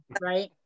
right